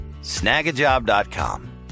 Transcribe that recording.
Snagajob.com